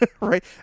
right